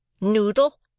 noodle